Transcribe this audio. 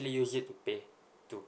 use it to pay too